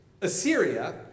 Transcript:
Assyria